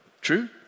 True